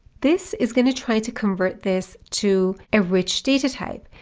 this is going to try to convert this to a rich data type.